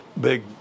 big